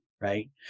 Right